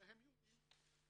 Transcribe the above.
שניהם יהודיים.